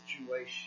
situation